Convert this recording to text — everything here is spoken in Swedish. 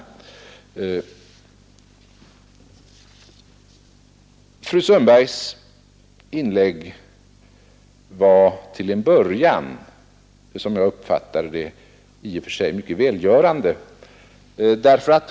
Fru Sundbergs inlägg var till en början, som jag uppfattade det, i och för sig mycket välgörande.